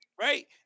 Right